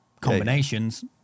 combinations